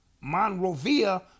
Monrovia